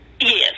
Yes